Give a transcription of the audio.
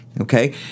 okay